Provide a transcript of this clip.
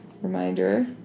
Reminder